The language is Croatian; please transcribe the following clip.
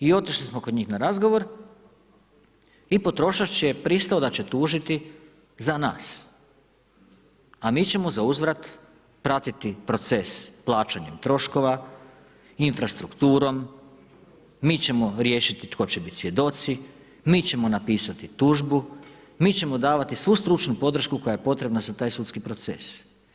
I otišli smo kod njih na razgovor i potrošač je pristao da će tužiti za nas a mi ćemo zauzvrat pratiti proces plaćanjem troškova, infrastrukturom, mi ćemo riješiti tko će biti svjedoci, mi ćemo napisati tužbu, mi ćemo davati svu stručnu podršku koja je potrebna za taj sudski proces.